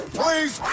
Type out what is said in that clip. please